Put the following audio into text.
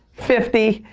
fifty.